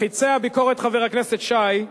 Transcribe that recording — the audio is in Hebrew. חצי הביקורת, חבר הכנסת שי,